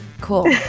Cool